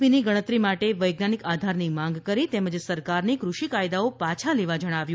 પીની ગણતરી માટે વૈજ્ઞાનિક આધારની માંગ કરી તેમજ સરકારને કૃષિ કાયદાઓ પાછા લેવા જણાવ્યું